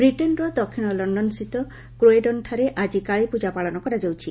ବ୍ରିଟେନ୍ର ଦକ୍ଷିଣ ଲକ୍ଷନ୍ସ୍ଥିତ କ୍ରୋୟେଡନ୍ଠାରେ ଆଜି କାଳୀପୂଜା ପାଳନ କରାଯାଉଛି